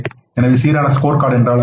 எனவே சீரான ஸ்கோர்கார்டு என்றால் என்ன